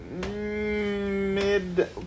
mid